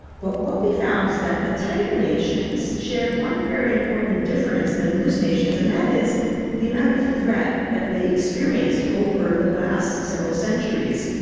but what we found is that the tighter nations shared one very important difference than loose nations, and that is the amount of threat that they experienced over the last several centuries.